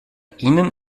ihnen